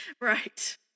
Right